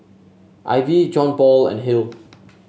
Ivey Johnpaul and Hill